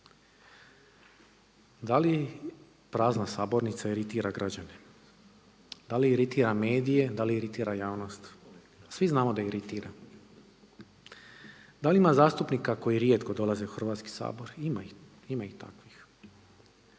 Da li prazna sabornica iritira građane? Da li iritira medije, da li iritira javnost? Svi znamo da iritira? Da li ima zastupnika koji rijetko dolaze u Hrvatski sabor? Ima ih, ima ih